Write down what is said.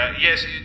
Yes